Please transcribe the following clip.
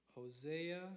Hosea